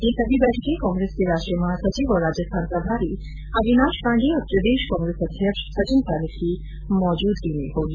यह सभी बैठकें कांग्रेस के राष्ट्रीय महासचिव और राजस्थान प्रभारी अविनाश पाण्डे और प्रदेश कांग्रेस अध्यक्ष सचिन पायलट की मौजूदगी में होगी